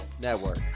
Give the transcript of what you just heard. Network